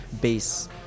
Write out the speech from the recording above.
base